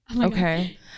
okay